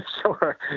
Sure